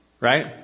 Right